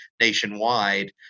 nationwide